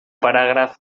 paràgraf